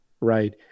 right